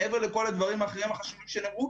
מעבר לכל הדברים האחרים החשובים שנאמרו,